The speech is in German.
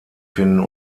finden